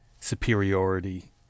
superiority